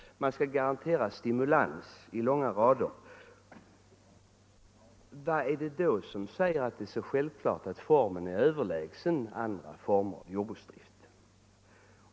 Samhället skall garantera stimulans i långa rader. Vad är det då som säger att denna form så självklart är överlägsen andra former av jordbruksdrift?